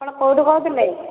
ଆପଣ କେଉଁଠୁ କହୁଥିଲେ